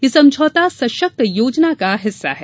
यह समझौता सशक्त योजना का हिस्सा है